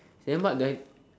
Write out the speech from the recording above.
then what do I